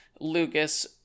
Lucas